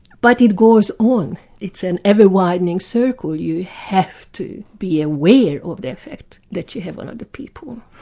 but it goes on, it's an ever-widening circle, you have to be aware of the effect that you have on other people.